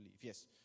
Yes